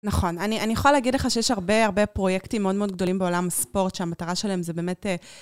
נכון, אני יכולה להגיד לך שיש הרבה, הרבה פרויקטים מאוד מאוד גדולים בעולם הספורט שהמטרה שלהם זה באמת...